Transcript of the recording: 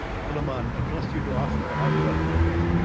soulaymane, i trust you to ask the hard question first.